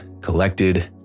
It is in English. collected